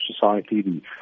Society